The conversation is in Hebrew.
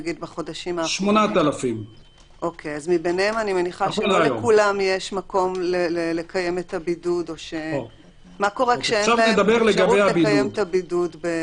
8,000. מה קורה כשאין להם אפשרות לקיים את הבידוד?